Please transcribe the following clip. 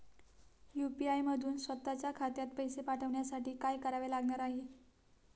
UPI मधून स्वत च्या खात्यात पैसे पाठवण्यासाठी काय करावे लागणार आहे?